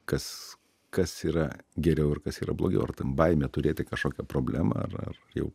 kas kas yra geriau ir kas yra blogiau ar ten baimė turėti kažokią problemą ar ar jau